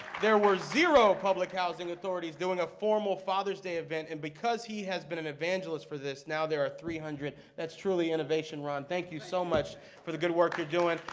there were zero public housing authorities doing a formal father's day event. and because he has been an evangelist for this, now there are three hundred. that's truly innovation, ron. thank you so much for the good work you're doing.